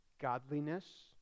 Godliness